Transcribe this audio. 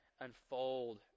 unfold